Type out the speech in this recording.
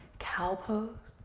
cow pose.